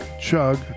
chug